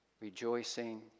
rejoicing